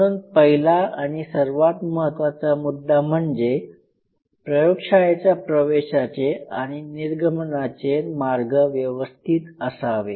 म्हणून पहिला आणि सर्वात महत्वाचा मुद्दा म्हणजे प्रयोगशाळेच्या प्रवेशाचे आणि निर्गमनाचे मार्ग व्यवस्थित असावे